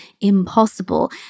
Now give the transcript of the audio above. impossible